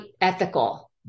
ethical